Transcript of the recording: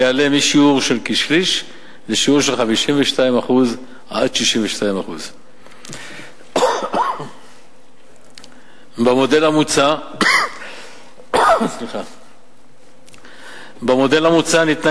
יעלה משיעור של כשליש לשיעור של 52% 62%. במודל המוצע ניתנה